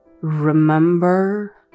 remember